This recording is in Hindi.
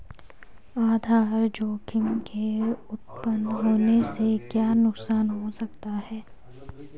आधार जोखिम के उत्तपन होने से क्या नुकसान हो सकता है?